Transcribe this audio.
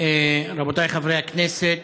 רבותיי חברי הכנסת,